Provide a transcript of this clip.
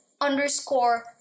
underscore